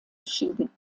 beschieden